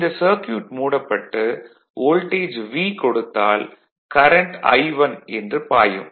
இந்த சர்க்யூட் மூடப்பட்டு voltage V கொடுத்தால் கரண்ட் I1 என்று பாயும்